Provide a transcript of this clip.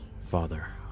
father